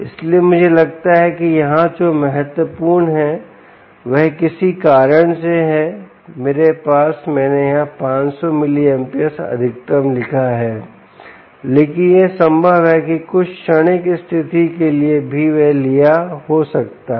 इसलिए मुझे लगता है कि यहां जो महत्वपूर्ण है वह किसी कारण से है मेरे पास मैंने यहाँ 500 मिलीएंपियर अधिकतम लिखा है लेकिन यह संभव है कि कुछ क्षणिक स्थिति के लिए भी वह लिया हो सकता है